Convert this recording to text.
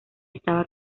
estaba